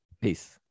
peace